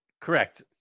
Correct